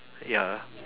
ya